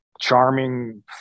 charming